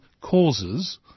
causes